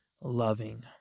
loving